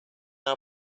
our